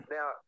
Now